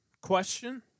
question